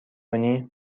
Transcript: کنی